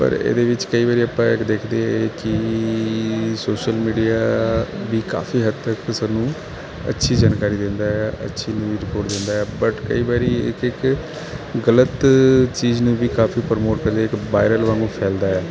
ਪਰ ਇਹਦੇ ਵਿੱਚ ਕਈ ਵਾਰੀ ਆਪਾਂ ਦੇਖਦੇ ਕਿ ਸੋਸ਼ਲ ਮੀਡੀਆ ਵੀ ਕਾਫੀ ਹੱਦ ਤੱਕ ਸਾਨੂੰ ਅੱਛੀ ਜਾਣਕਾਰੀ ਦਿੰਦਾ ਆ ਅੱਛੀ ਨਿਊਜ਼ ਰਿਪੋਰਟ ਦਿੰਦਾ ਬਟ ਕਈ ਵਾਰੀ ਇੱਕ ਇੱਕ ਗਲਤ ਚੀਜ਼ ਨੇ ਵੀ ਕਾਫੀ ਪ੍ਰਮੋਟ ਕਰਦੇ ਵਾਇਰਲ ਵਾਂਗੂ ਫੈਲਦਾ